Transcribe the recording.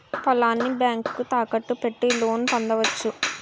పొలాన్ని బ్యాంకుకు తాకట్టు పెట్టి లోను పొందవచ్చు